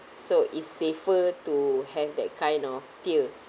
so it's safer to have that kind of deal